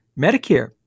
Medicare